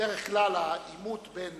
בדרך כלל העימות בין